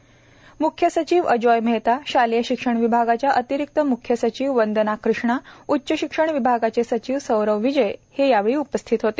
म्ख्य सचिव अजोय मेहता शालेय शिक्षण विभागाच्या अतिरिक्त म्ख्य सचिव वंदना कृष्णा उच्च शिक्षण विभागाचे सचिव सौरव विजय हे देखील उपस्थित होते